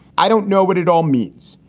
i don't know what it all means,